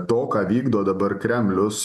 to ką vykdo dabar kremlius